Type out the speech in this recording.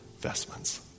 vestments